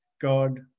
God